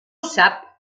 sap